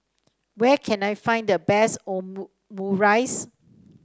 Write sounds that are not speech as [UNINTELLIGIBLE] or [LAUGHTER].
where can I find the best [UNINTELLIGIBLE]